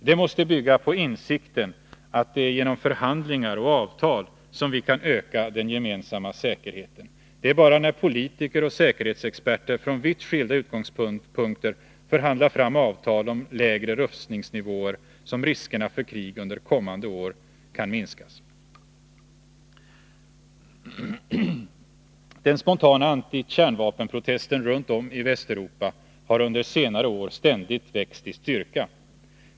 Det måste bygga på insikten att det är genom förhandlingar och avtal som vi kan öka den gemensamma säkerheten. Bara genom att politiker och säkerhetsexperter från vitt skilda utgångspunkter förhandlar sig fram till lägre rustningsnivåer kan vi minska riskerna för krig under kommande år. De spontana antikärnvapenprotesterna runt om i Västeuropa har under senare år ständigt vuxit i styrka.